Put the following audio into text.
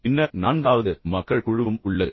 பின்னர் நான்காவது மக்கள் குழுவும் உள்ளது